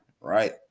right